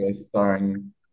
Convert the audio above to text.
Starring